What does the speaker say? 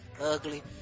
ugly